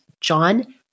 John